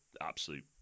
absolute